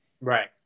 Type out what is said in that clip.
Right